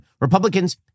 Republicans